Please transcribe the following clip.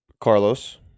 Carlos